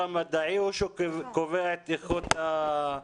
המדעי הוא שקובע את איכות האוניברסיטה?